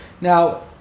now